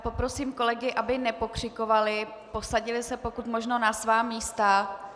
Poprosím kolegy, aby nepokřikovali, posadili se pokud možno na svá místa.